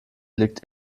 liegt